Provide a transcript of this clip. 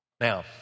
Now